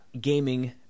gaming